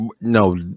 No